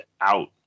out